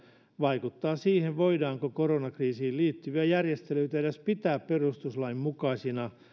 vaikuttaa siihen voidaanko koronakriisiin liittyviä järjestelyitä edes pitää perustuslainmukaisina